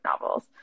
novels